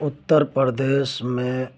اتر پردیش میں